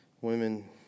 women